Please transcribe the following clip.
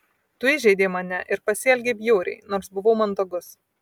tu įžeidei mane ir pasielgei bjauriai nors buvau mandagus